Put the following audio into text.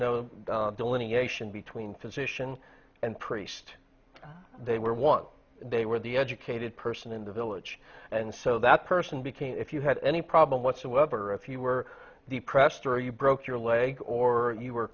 no delineation between physician and priest they were one they were the educated person in the village and so that person became if you had any problem whatsoever if you were depressed or you broke your leg or you were